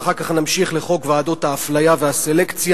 ואחר כך נמשיך לחוק ועדות האפליה והסלקציה,